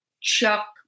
Chuck